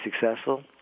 successful